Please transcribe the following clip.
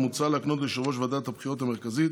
מוצע להקנות ליושב-ראש ועדת הבחירות המרכזית